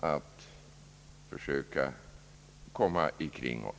att kringgå oss.